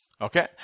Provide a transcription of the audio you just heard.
Okay